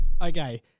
Okay